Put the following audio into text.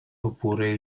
oppure